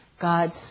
God's